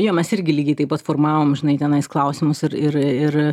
jo mes irgi lygiai taip pat formavom žinai tenais klausimus ir ir ir